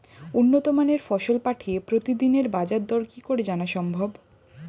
উন্নত মানের ফসল পাঠিয়ে প্রতিদিনের বাজার দর কি করে জানা সম্ভব?